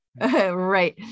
Right